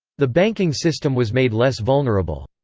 the banking system was made less vulnerable.